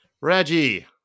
Reggie